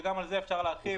וגם על זה אפשר להרחיב.